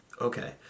Okay